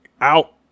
out